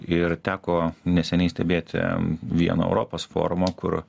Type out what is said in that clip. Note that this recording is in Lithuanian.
ir teko neseniai stebėti vieną europos forumą kur